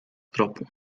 tropu